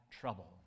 trouble